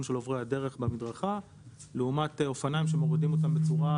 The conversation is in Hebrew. של עוברי הדרך במדרכה לעומת אופניים שמורידים אותם בצורה